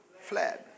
Fled